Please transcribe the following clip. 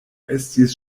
estis